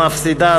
מפסידה,